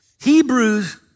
Hebrews